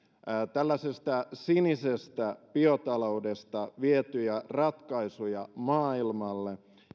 tällaisesta sinisestä biotaloudesta vietyä ratkaisuja maailmalle